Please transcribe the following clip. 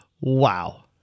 Wow